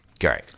Great